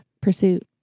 Pursuit